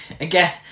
Again